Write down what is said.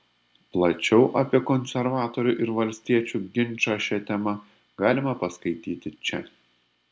plačiau apie konservatorių ir valstiečių ginčą šia tema galima paskaityti čia